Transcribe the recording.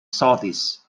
southeast